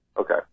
okay